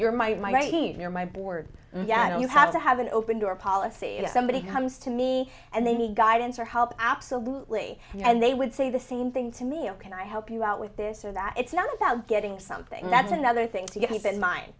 you're my board yeah i don't you have to have an open door policy if somebody comes to me and they need guidance or help absolutely and they would say the same thing to me of can i help you out with this or that it's not about getting something that's another thing to get me set min